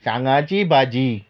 सांगाची भाजी